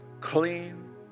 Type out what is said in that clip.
clean